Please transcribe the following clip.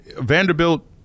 Vanderbilt